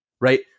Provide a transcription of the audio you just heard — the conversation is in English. right